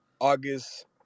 August